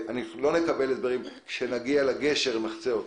אנחנו לא רוצים לקבל הסברים בסגנון "כשנגיע לגשר נחצה אותו",